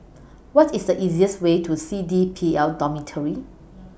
What IS The easiest Way to C D P L Dormitory